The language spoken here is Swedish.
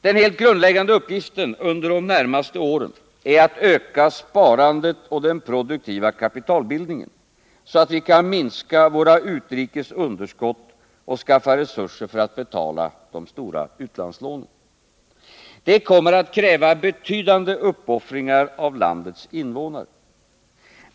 Den helt grundläggande uppgiften under de närmaste åren är att öka sparandet och den produktiva kapitalbildningen, så att vi kan minska våra utrikes underskott och skaffa resurser för att betala de stora utlandslånen. Det kommer att kräva betydande uppoffringar av landets invånare.